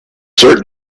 certain